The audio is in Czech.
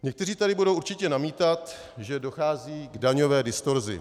Někteří tady budou určitě namítat, že dochází k daňové distorzi.